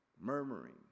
Murmuring